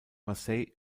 marseille